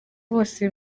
bose